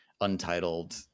untitled